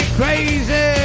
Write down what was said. crazy